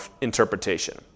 interpretation